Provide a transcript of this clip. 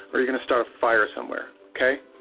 or your gonna start a fire some where, okay?